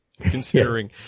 considering